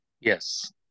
yes